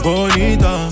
Bonita